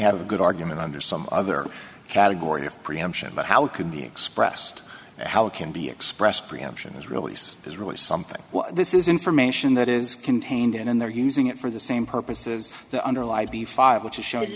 have a good argument under some other category of preemption but how it could be expressed how it can be expressed preemption is release is really something this is information that is contained in and they're using it for the same purposes to underlie the five which show